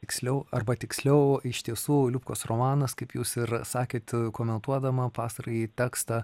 tiksliau arba tiksliau iš tiesų liubkos romanas kaip jūs ir sakėt komentuodama pastarąjį tekstą